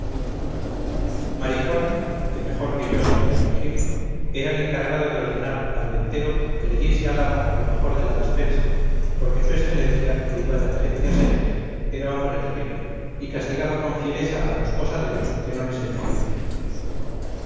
marijuán que mejor que yo sabía fingir era el encargado de ordenar al ventero que le diese al amo lo mejor de la despensa porque su excelencia que iba de regente a sevilla era hombre terrible y castigaba con fiereza a los posaderos que no le servían bien